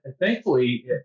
thankfully